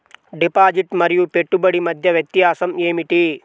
Deposit మరియు పెట్టుబడి మధ్య వ్యత్యాసం ఏమిటీ?